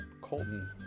Colton